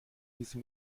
diese